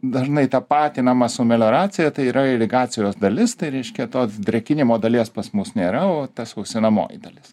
dažnai tapatinama su melioracija tai yra irigacijos dalis tai reiškia tos drėkinimo dalies pas mus nėra o ta sausinamoji dalis